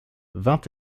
vingt